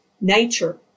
nature